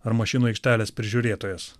ar mašinų aikštelės prižiūrėtojas